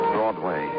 Broadway